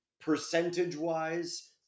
percentage-wise